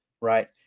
right